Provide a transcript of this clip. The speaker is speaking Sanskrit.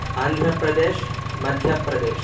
आन्ध्रप्रदेशः मध्यप्रदेशः